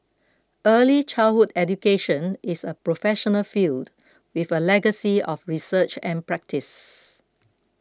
early childhood education is a professional field with a legacy of research and practice